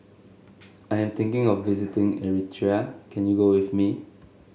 I am thinking of visiting Eritrea can you go with me